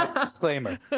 Disclaimer